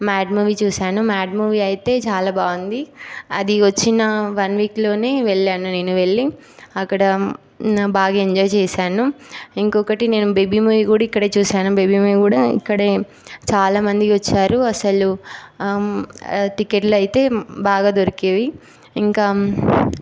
mod movie చూసాను mad movie అయితే చాలా బాగుంది అది వచ్చిన వన్ వీక్లోనే వెళ్ళాను నేను వెళ్ళి అక్కడ బాగా ఏంజాయ్ చేసాను ఇంకొకటి నేను బేబీ మూవీ కూడా ఇక్కడే చూసాను బేబీ మూవీ కూడా ఇక్కడే చాలా మంది వచ్చారు అసలు ఆ టికెట్లు అయితే బాగా దొరికేవి ఇంకా